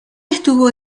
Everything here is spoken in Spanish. estuvo